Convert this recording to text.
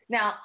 Now